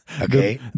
Okay